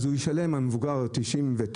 אז המבוגר ישלם 99